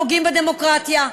פוגעים בדמוקרטיה.